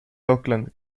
oakland